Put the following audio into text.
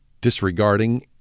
disregarding